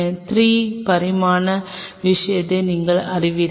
3 பரிமாண விஷயத்தை நீங்கள் அறிவீர்கள்